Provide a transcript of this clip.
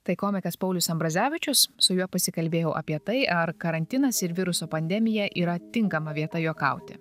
tai komikas paulius ambrazevičius su juo pasikalbėjau apie tai ar karantinas ir viruso pandemija yra tinkama vieta juokauti